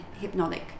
hypnotic